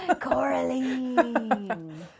Coraline